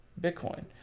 Bitcoin